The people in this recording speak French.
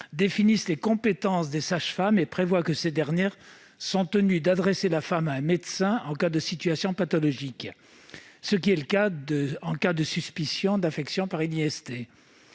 définissent les compétences des sages-femmes et prévoient que ces dernières sont tenues d'adresser la femme à un médecin en cas de situation pathologique, ce qui est le cas en cas de suspicion d'infection par une